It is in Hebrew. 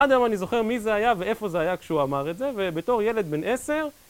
עד היום אני זוכר מי זה היה ואיפה זה היה כשהוא אמר את זה ובתור ילד בן עשר...